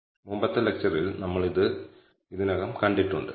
ഇപ്പോൾ നമ്മൾ ആദ്യം ചെയ്യേണ്ടത് കോൺഫിഡൻസ് ഇന്റെർവെല്ലുകൾ വികസിപ്പിക്കുക എന്നതാണ്